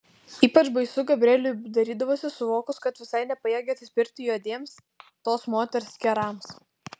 ypač baisu gabrieliui darydavosi suvokus kad visai nepajėgia atsispirti juodiems tos moters kerams